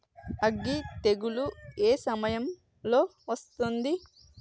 అగ్గి తెగులు ఏ సమయం లో వస్తుంది?